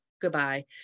Goodbye